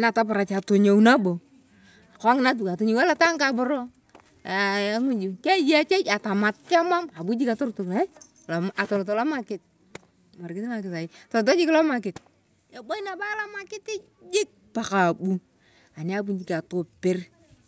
natoparach atonyou nabo kongina tu atangou elataa nkaaboro eemuju keyei echa atamat kemam abu jik atorotok aiii atoloto lamarket atoloto nabo larmarket eboyii nabo alamarket jik mpaka abuu. Ani abuni jik atoper.